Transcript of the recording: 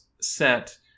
set